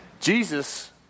Jesus